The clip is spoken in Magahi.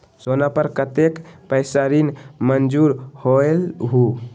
सोना पर कतेक पैसा ऋण मंजूर होलहु?